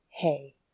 hey